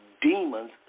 demons